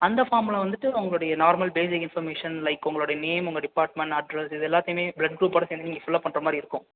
அந்த ஃபார்மில் வந்துவிட்டு உங்களுடைய நார்மல் பேஸிக் இன்ஃபர்மேஷன் லைக் உங்களோட நேம் உங்கள் டிபார்ட்மெண்ட் அட்ரஸ் இது எல்லாத்தையுமே ப்ளட் குரூப்போட சேர்ந்து நீங்கள் ஃபில்அப் பண்ணுற மாதிரி இருக்கும்